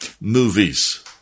movies